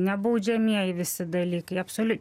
na baudžiamieji visi dalykai absoliučiai